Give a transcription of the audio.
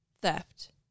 theft